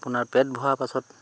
আপোনাৰ পেট ভৰা পাছত